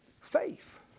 faith